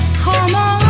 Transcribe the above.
coma